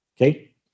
okay